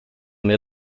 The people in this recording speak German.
mir